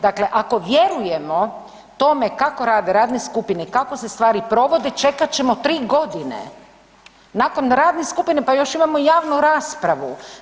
Dakle ako vjerujemo tome kako rade radne skupine, kako se stvari provode, čekat ćemo 3 godine, nakon radne skupine, pa još imamo i javnu raspravu.